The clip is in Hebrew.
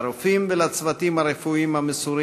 לרופאים ולצוותים הרפואיים המסורים,